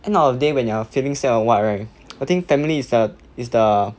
end of the day when you are feeling sad or what right I think family is the is the